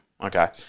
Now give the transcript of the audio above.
Okay